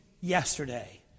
yesterday